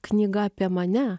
knyga apie mane